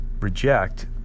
reject